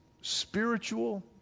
spiritual